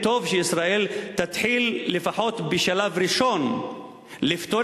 טוב שישראל תתחיל לפחות בשלב ראשון לפתור